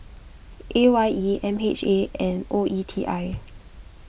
A Y E M H A and O E T I